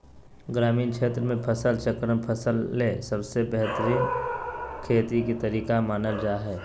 ग्रामीण क्षेत्र मे फसल चक्रण फसल ले सबसे बेहतरीन खेती के तरीका मानल जा हय